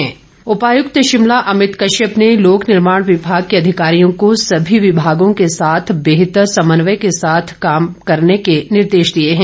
DC Shimla उपायुक्त शिमला अमित कश्यप ने लोक निर्माण विभाग के अधिकारियों को सभी विभागों के साथ बेहतर समन्वय के साथ कार्य करने के निर्देश दिए हैं